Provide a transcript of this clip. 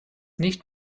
nicht